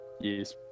Yes